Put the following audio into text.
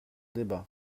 débat